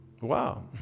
Wow